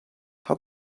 how